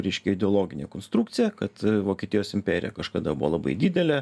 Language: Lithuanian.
reiškia ideologinė konstrukcija kad vokietijos imperija kažkada buvo labai didelė